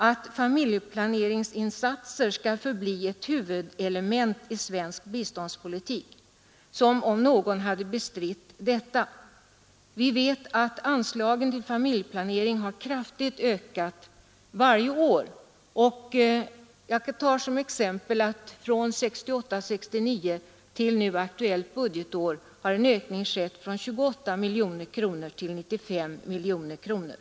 Jo, att familjeplaneringsinsatser skall förbli ett huvudelement i svensk biståndspolitik. Som om någon hade bestritt detta! Vi vet att anslagen till familjeplanering kraftigt har ökat varje år. Jag tar som exempel att från 1968/69 till nu aktuellt budgetår en ökning har skett från 28 miljoner kronor till 95 miljoner kronor.